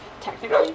technically